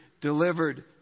delivered